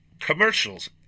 commercials